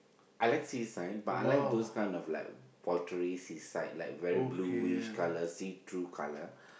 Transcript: I like sea sight but I like those kind of like portray sea sight like very blueish colour see through colour